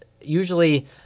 Usually